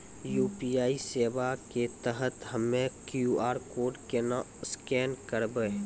UPI सेवा के तहत हम्मय क्यू.आर कोड केना स्कैन करबै?